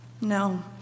No